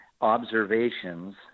observations